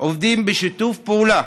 עובדים בשיתוף פעולה